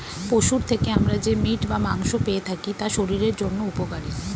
পশুর থেকে আমরা যে মিট বা মাংস পেয়ে থাকি তা শরীরের জন্য উপকারী